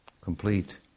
complete